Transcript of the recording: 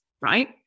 right